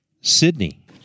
Sydney